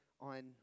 on